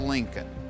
Lincoln